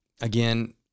again